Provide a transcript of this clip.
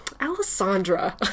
alessandra